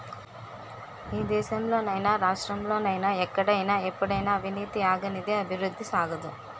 ఈ దేశంలో నైనా రాష్ట్రంలో నైనా ఎక్కడైనా ఎప్పుడైనా అవినీతి ఆగనిదే అభివృద్ధి సాగదు